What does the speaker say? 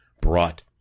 brought